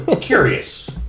Curious